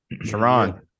Sharon